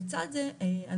לצד זה,